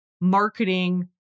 marketing